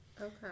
Okay